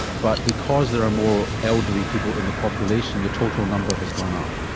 but because there are more elderly people in the population, the total number has gone up.